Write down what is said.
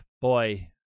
boy